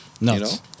Nuts